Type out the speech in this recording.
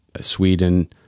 Sweden